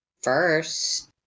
first